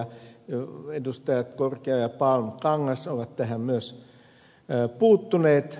edustajat korkeaoja palm ja kangas ovat tähän myös puuttuneet